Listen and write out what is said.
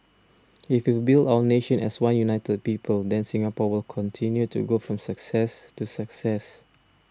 if we build our nation as one united people then Singapore will continue to go from success to success